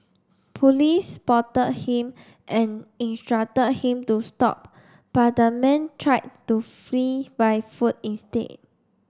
police spotted him and instructed him to stop but the man tried to flee by foot instead